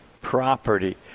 property